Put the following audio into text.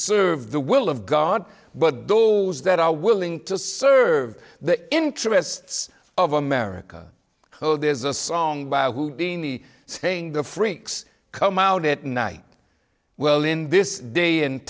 serve the will of god but those that are willing to serve the interests of america oh there's a song by a houdini saying the freaks come out at night well in this day and